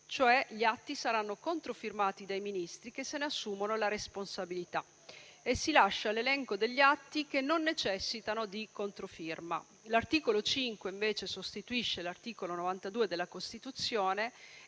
cioè gli atti saranno controfirmati dai Ministri che se ne assumono la responsabilità e si lascia l'elenco degli atti che non necessitano di controfirma. L'articolo 5 sostituisce l'articolo 92 della Costituzione